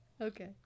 Okay